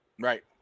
Right